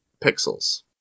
pixels